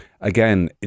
Again